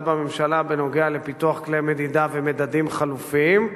בממשלה בנוגע לפיתוח כלי מדידה ומדדים חלופיים,